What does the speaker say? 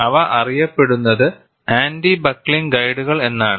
അവ അറിയപ്പെടുന്നത് anti buckling ഗൈഡുകൾ എന്നാണ്